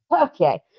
Okay